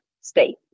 state